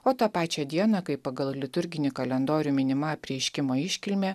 o tą pačią dieną kai pagal liturginį kalendorių minima apreiškimo iškilmė